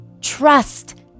Trust